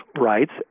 rights